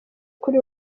kuri